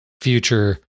future